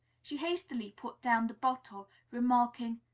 she hastily put down the bottle, remarking,